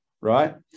right